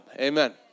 Amen